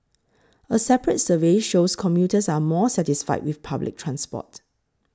a separate survey shows commuters are more satisfied with public transport